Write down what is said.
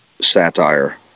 satire